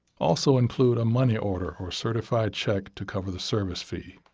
also include a money order or certified cheque to cover the service fee.